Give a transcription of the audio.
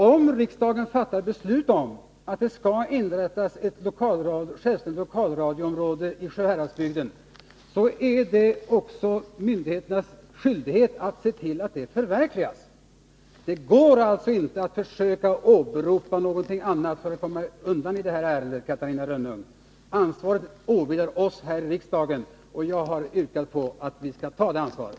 Om riksdagen beslutar att det skall inrättas ett särskilt lokalradioområde i Sjuhäradsbygden, är det också myndigheternas skyldighet att se till att det beslutet förverkligas. Det går alltså inte att försöka åberopa någonting annat för att komma undan i det här ärendet, Catarina Rönnung. Ansvaret åvilar oss här i riksdagen, och jag har yrkat på att vi skall ta det ansvaret.